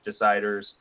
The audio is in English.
deciders